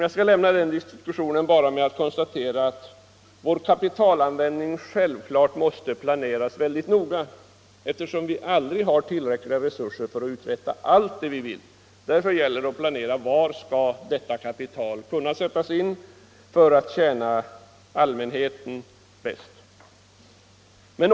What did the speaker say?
Jag skall lämna den diskussionen med att bara konstatera att vår kapitalanvändning självklart måste planeras mycket noga, eftersom vi aldrig har tillräckliga resurser för att utveckla allt det vi vill. Därför gäller det att planera var detta kapital skall kunna sättas in för att tjäna allmänheten bäst.